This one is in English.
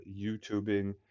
YouTubing